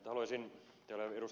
täällä ovat ed